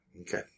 Okay